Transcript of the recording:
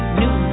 new